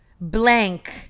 blank